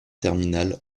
terminales